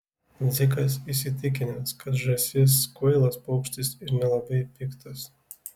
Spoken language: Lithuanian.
dzikas įsitikinęs kad žąsis kvailas paukštis ir nelabai piktas